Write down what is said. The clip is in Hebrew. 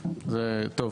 טוב,